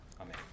Amen